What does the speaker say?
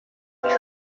trick